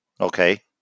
Okay